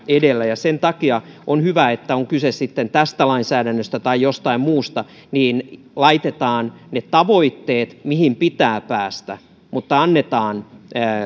edellä sen takia on hyvä että on kyse sitten tästä lainsäädännöstä tai jostain muusta niin laitetaan ne tavoitteet mihin pitää päästä mutta annetaan